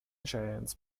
giants